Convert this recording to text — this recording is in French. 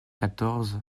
quatorze